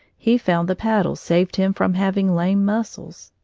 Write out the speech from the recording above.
he found the paddles saved him from having lame muscles.